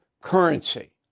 currency